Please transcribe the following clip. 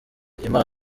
turebe